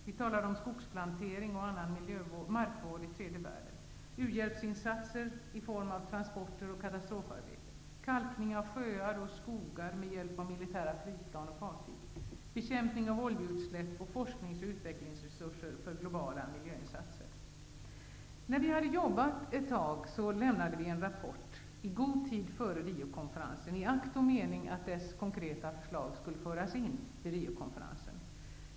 Vidare talade vi om skogsplantering och annan markvård i tredje världen, u-hjälpsinsatser i form av transporter och katastrofhjälp, kalkning av sjöar och skogar med hjälp av militära flygplan och fartyg, bekämpning av oljeutsläpp samt forskningsoch utvecklingsresurser för globala miljöinsatser. Efter att ha jobbat med detta en tid, lämnade vi i studiegruppen en rapport. Den lämnades i god tid före Riokonferensen, i akt och mening att dess konkreta förslag skulle föras in vid Riokonferensen.